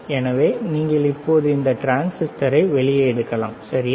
எனவே நீங்கள் இப்போது இந்த டிரான்சிஸ்டரை வெளியே எடுக்கலாம் சரியா